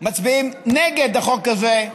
מצביעים נגד החוק הזה,